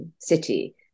city